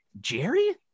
Jerry